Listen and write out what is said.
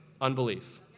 Unbelief